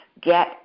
Get